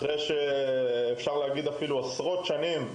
זאת לאחר שבמשך עשרות שנים,